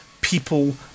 people